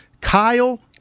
Kyle